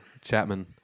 Chapman